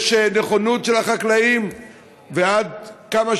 יש נכונות של החקלאים לעזור